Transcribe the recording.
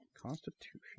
Constitution